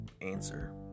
answer